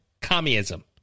communism